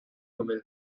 come